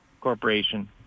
corporation